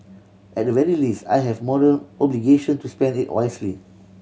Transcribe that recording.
at the very least I have moral obligation to spend it wisely